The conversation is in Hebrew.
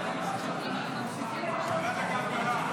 ועדת הכלכלה.